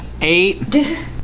eight